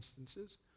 instances